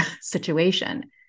situation